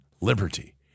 liberty